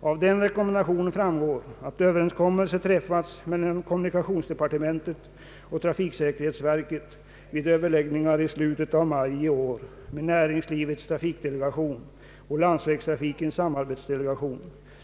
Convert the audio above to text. Av denna rekommendation framgår att överenskommelse träffats mellan kommunikationsdepartementet och trafiksäkerhetsverket vid överläggningar i slutet av maj i år med näringslivets trafikdelegation och landsvägstrafikens samarbetsdelegation.